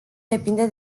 depinde